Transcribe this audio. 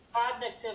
Cognitive